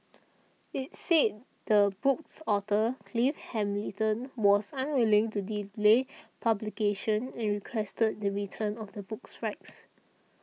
it said the book's author Clive Hamilton was unwilling to delay publication and requested the return of the book's rights